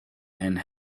and